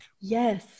Yes